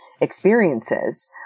experiences